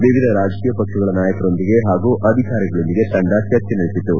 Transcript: ವಿವಿಧ ರಾಜಕೀಯ ಪಕ್ಷಗಳ ನಾಯಕರೊಂದಿಗೆ ಹಾಗೂ ಅಧಿಕಾರಿಗಳೊಂದಿಗೆ ತಂಡ ಚರ್ಚೆ ನಡೆಸಿತು